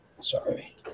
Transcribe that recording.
sorry